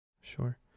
Sure